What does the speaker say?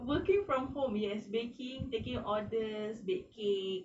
working from home yes baking taking orders bake cake